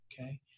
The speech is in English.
Okay